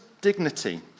dignity